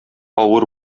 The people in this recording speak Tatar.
авыр